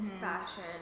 fashion